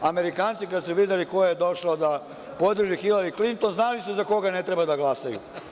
Amerikanci kada su videli kad su videli ko je došao da podrži Hilari Klinton, znali su za koga ne treba da glasaju.